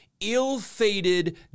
ill-fated